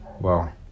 Wow